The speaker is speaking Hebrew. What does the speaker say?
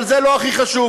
אבל זה לא הכי חשוב,